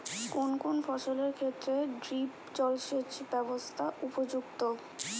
কোন কোন ফসলের ক্ষেত্রে ড্রিপ জলসেচ ব্যবস্থা উপযুক্ত?